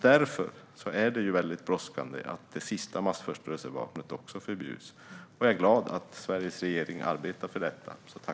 Därför är det brådskande att även det sista massförstörelsevapnet förbjuds, och jag är glad att Sveriges regering arbetar för detta.